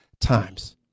times